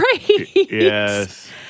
Yes